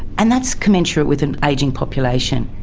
and that's commensurate with an ageing population.